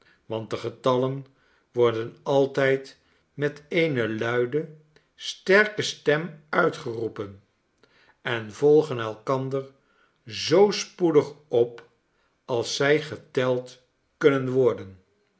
want de getallen worden altijd met eene luide sterke stem uitgeroepen en volgen elkander zoo spoedig op als zij geteld kunnen worden